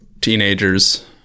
teenagers